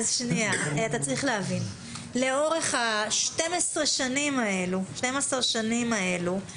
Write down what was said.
לאורך 12 השנים הללו,